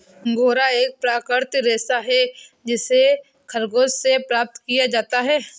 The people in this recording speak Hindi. अंगोरा एक प्राकृतिक रेशा है जिसे खरगोश से प्राप्त किया जाता है